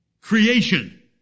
creation